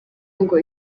ngo